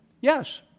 Yes